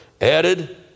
added